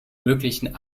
möglichen